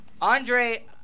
Andre